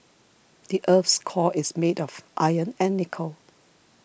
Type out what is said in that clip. the earth's core is made of iron and nickel